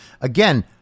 Again